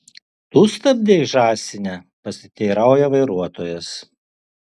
tu stabdei žąsine pasiteirauja vairuotojas